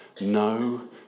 no